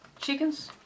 Chickens